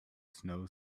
snow